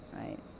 right